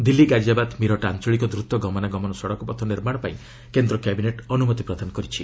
ଦିଲ୍ଲୀ ଗାଜିଆବାଦ ମିରଟ ଆଞ୍ଚଳିକ ଦୂତ ଗମନାଗମନ ସଡ଼କ ପଥ ନିର୍ମାଣ ପାଇଁ କେନ୍ଦ୍ର କ୍ୟାବିନେଟ୍ ଅନୁମତି ପ୍ରଦାନ କରିଛି